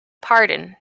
pardon